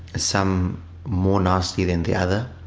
some more nasty than the other,